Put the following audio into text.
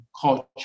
culture